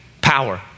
power